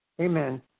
Amen